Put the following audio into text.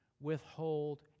Withhold